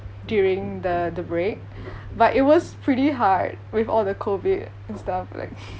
during the the break but it was pretty hard with all the COVID and stuff like